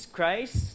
Christ